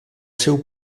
seu